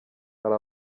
hari